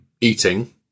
eating